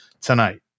tonight